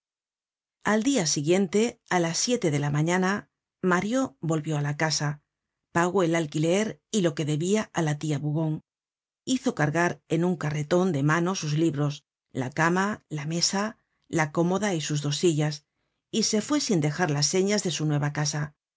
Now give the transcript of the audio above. al lia siguiente á las siete de la mañana mario volvió á la casa pagó el alquiler y lo que debia á la tia bougon hizo cargar en un carreton de mano sus libros la cama la mesa la cómoda y sus dos sillas y se fué sin dejar las señas de su nueva casa